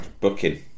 booking